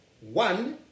One